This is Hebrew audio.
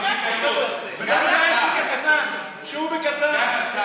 זה גם, הקטן, בקטן, סגן השר,